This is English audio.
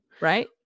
Right